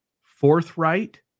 forthright